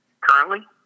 Currently